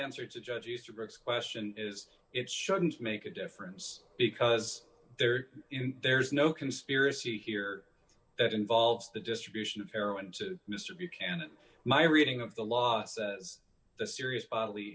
answer to judge easterbrook question is it shouldn't make a difference because they're in there is no conspiracy here that involves the distribution of heroin says mr buchanan my reading of the law says that serious